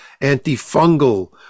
antifungal